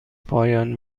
پایان